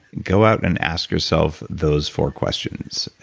go out and ask yourself those four questions.